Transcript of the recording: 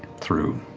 through